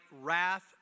wrath